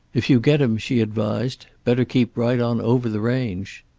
if you get him, she advised, better keep right on over the range.